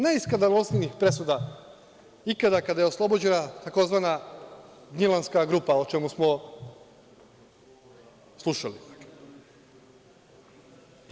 Najskandaloznijih presuda ikada kada je oslobođena tzv. „Gnjilanska grupa“, o čemu smo slušali.